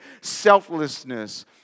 selflessness